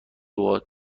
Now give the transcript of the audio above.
باهات